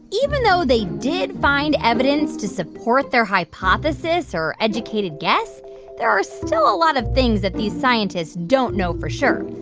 even though they did find evidence to support their hypothesis or educated guess there are still a lot of things that these scientists don't know for sure.